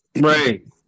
Right